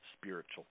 spiritual